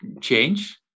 change